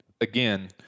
again